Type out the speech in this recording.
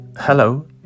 Hello